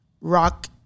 rock